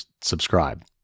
subscribe